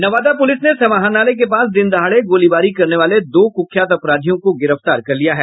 Nawada police ने समाहरणालय के पास दिन दहाड़े गोलीबारी करने वाले दो कुख्यात अपराधियों को गिरफ्तार कर लिया है